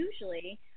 usually